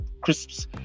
crisps